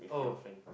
oh